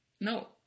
no